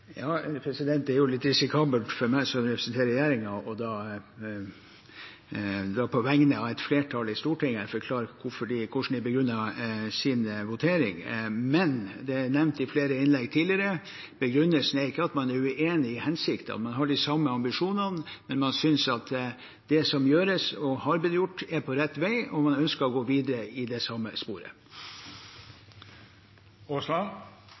Det er jo litt risikabelt for meg som representerer regjeringen, på vegne av et flertall i Stortinget å forklare hvordan de begrunner sin votering. Men det er nevnt i flere innlegg tidligere: Begrunnelsen er ikke at man er uenig i hensikten, man har de samme ambisjonene, men man synes at man med det som gjøres og har blitt gjort, er på rett vei, og man ønsker å gå videre i det samme